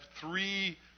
three